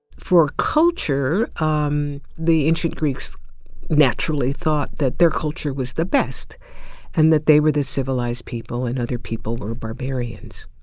for culture, um the ancient greeks naturally thought that their culture was the best and that they were the civilized people and other people were barbarians.